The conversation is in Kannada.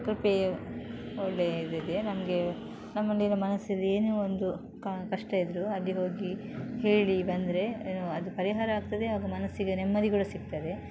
ಕೃಪೆ ಒಳ್ಳೆ ಇದೆ ನಮಗೆ ನಮ್ಮಲ್ಲಿರೋ ಮನಸ್ಥಿತಿ ಏನೇ ಒಂದು ಕಷ್ಟ ಇದ್ದರೂ ಅಲ್ಲಿ ಹೋಗಿ ಹೇಳಿ ಬಂದರೆ ಅದು ಪರಿಹಾರ ಆಗ್ತದೆ ಹಾಗೂ ಮನಸ್ಸಿಗೆ ನೆಮ್ಮದಿ ಕೂಡ ಸಿಗ್ತದೆ